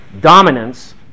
Dominance